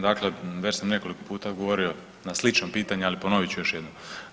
Dakle, već sam nekoliko puta govorio na slično pitanja, ali ponovit ću još jednom.